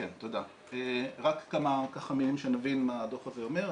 רק כמה מילים, שנבין מה הדוח הזה אומר.